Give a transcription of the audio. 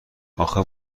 اخه